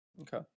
Okay